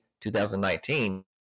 2019